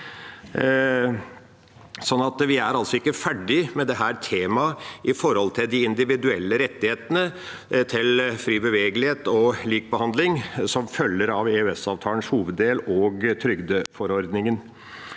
Vi er altså ikke ferdig med dette temaet i forhold til de individuelle rettighetene til fri bevegelighet og lik behandling som følger av EØS-avtalens hoveddel og trygdeforordningen.